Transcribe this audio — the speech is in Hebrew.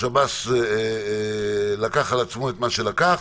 שב"ס לקח על עצמו את מה שלקח,